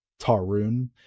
Tarun